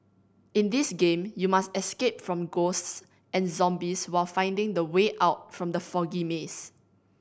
in this game you must escape from ghosts and zombies while finding the way out from the foggy maze